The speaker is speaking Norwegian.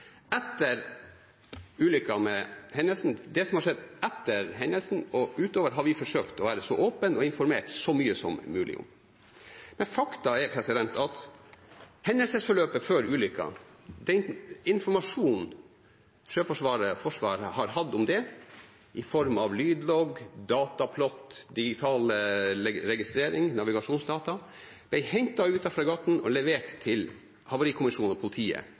Det som har skjedd etter hendelsen og utover, har vi forsøkt å være så åpne og informert så mye som mulig om. Men faktum er at den informasjonen Sjøforsvaret og Forsvaret har hatt om hendelsesforløpet før ulykken – i form av lydlogg, dataplott, digital registrering og navigasjonsdata – ble hentet ut fra fregatten og levert til Havarikommisjonen og politiet